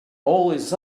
always